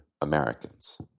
Americans